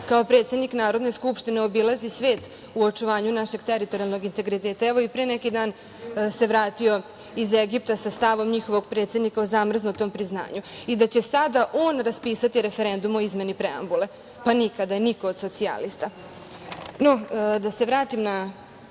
kao predsednik Narodne skupštine obilazi svet u očuvanju našeg teritorijalnog integriteta, evo i pre neki dan se vratio iz Egipta sa stavom njihovog predsednika o zamrznutom priznanju, i da će sada on raspisati referendum o izmeni preambule! Nikada, niko od socijalista! Ali, da se vratim na